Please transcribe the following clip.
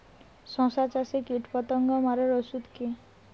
শসা চাষে কীটপতঙ্গ মারার ওষুধ কি?